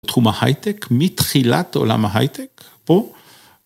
תחום ההייטק, מתחילת עולם ההייטק, או?